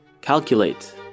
Calculate